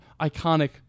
iconic